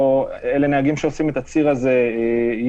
אלה נהגים שעושים את הציר הזה יום-יום,